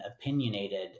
opinionated